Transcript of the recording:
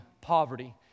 poverty